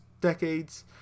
decades